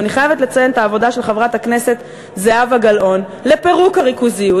אני חייבת לציין את העבודה של חברת הכנסת זהבה גלאון לפירוק הריכוזיות,